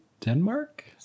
Denmark